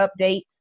updates